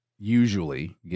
Usually